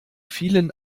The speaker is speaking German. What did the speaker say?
vielen